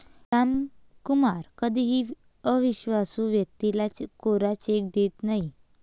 रामकुमार कधीही अविश्वासू व्यक्तीला कोरा चेक देत नाही